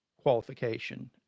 qualification